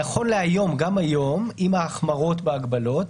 נכון להיום, עם ההחמרות בהגבלות,